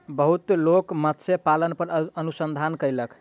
बहुत लोक मत्स्य पालन पर अनुसंधान कयलक